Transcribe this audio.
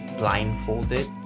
blindfolded